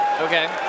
Okay